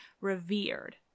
revered